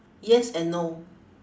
yes and no